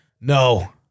No